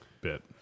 bit